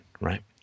right